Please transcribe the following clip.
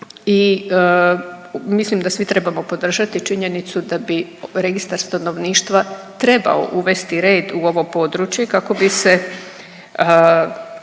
i mislim da svi trebamo podržati činjenicu da bi Registar stanovništva trebao uvesti red u ovo područje kako bi se,